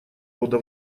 рода